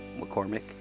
McCormick